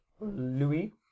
Louis